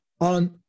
on